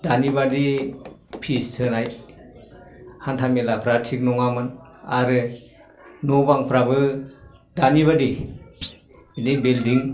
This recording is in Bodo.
दानि बादि पिस होनाय हान्था मेलाफ्रा थिग नङामोन आरो न' बांफ्राबो दानि बादि बिल्डिं